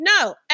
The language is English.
No